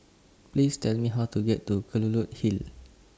Please Tell Me How to get to Kelulut Hill